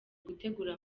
gutegura